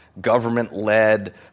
government-led